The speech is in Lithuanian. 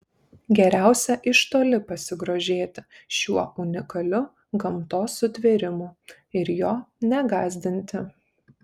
geriausia iš toli pasigrožėti šiuo unikaliu gamtos sutvėrimu ir jo negąsdinti